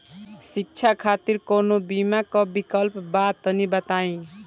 शिक्षा खातिर कौनो बीमा क विक्लप बा तनि बताई?